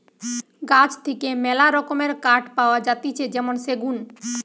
গাছ থেকে মেলা রকমের কাঠ পাওয়া যাতিছে যেমন সেগুন